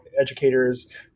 educators